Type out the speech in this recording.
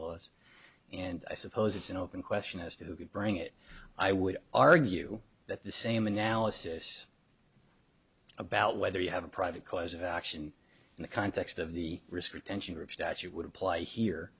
laws and i suppose it's an open question as to who could bring it i would argue that the same analysis about whether you have a private cause of action in the context of the risk retention groups statute would apply here